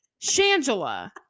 Shangela